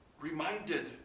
reminded